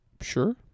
Sure